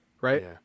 right